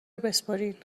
بسپرین